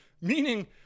Meaning